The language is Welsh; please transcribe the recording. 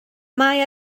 mae